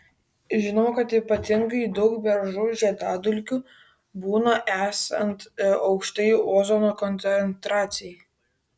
žinoma kad ypatingai daug beržų žiedadulkių būna esant aukštai ozono koncentracijai